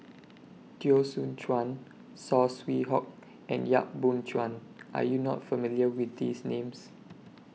Teo Soon Chuan Saw Swee Hock and Yap Boon Chuan Are YOU not familiar with These Names